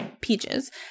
peaches